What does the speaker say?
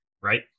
right